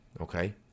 okay